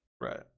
Right